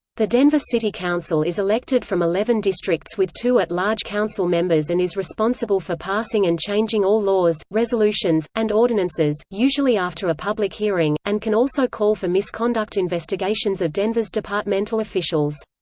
the denver city council is elected from eleven districts with two at-large council-members and is responsible for passing and changing all laws, resolutions, and ordinances, usually after a public hearing, and can also call for misconduct investigations of denver's departmental officials.